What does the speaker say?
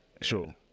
sure